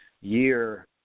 year